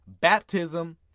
baptism